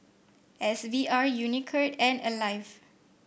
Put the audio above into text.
S V R Unicurd and Alive